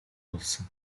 болсон